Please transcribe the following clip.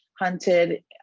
hunted